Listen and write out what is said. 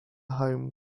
home